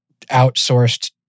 outsourced